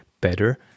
better